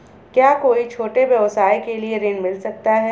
क्या कोई छोटे व्यवसाय के लिए ऋण मिल सकता है?